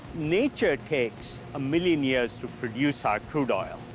nature takes a million years to produce our crude oil.